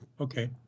okay